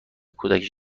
کودکش